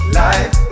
life